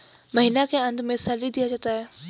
महीना के अंत में सैलरी दिया जाता है